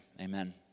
amen